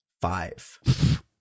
Five